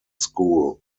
school